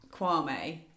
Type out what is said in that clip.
Kwame